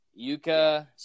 yuka